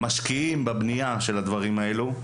משקיעים בבנייה של הדברים האלה,